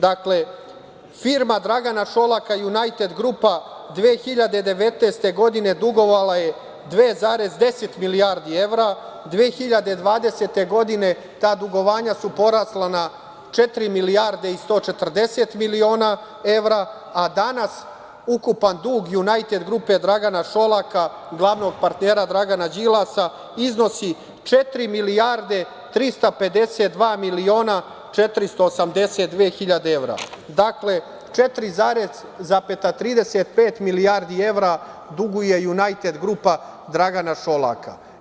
Dakle, firma Dragana Šolaka „Junajted grupa“ 2019. godine dugovala je 2,10 milijardi evra, 2020. godine ta dugovanja su porasla na četiri milijarde 140 miliona evra, a danas ukupan dug „Junajted grupe“ Dragana Šolaka, glavnog partnera Dragana Đilasa, iznosi 4.352.482.000 evra, dakle, 4,35 milijardi evra duguje „Junajted grupa“ Dragana Šolaka.